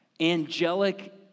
angelic